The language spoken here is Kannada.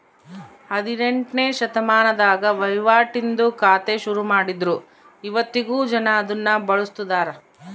ಹದಿನೆಂಟ್ನೆ ಶತಮಾನದಾಗ ವಹಿವಾಟಿಂದು ಖಾತೆ ಶುರುಮಾಡಿದ್ರು ಇವತ್ತಿಗೂ ಜನ ಅದುನ್ನ ಬಳುಸ್ತದರ